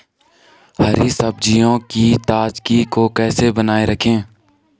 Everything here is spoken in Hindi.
हरी सब्जियों की ताजगी को कैसे बनाये रखें?